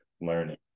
learning